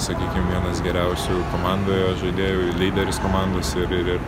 sakykim vienas geriausių komandoje žaidėjų ir lyderis komandos ir ir